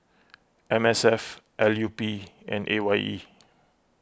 M S F L U P and A Y E